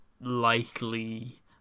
likely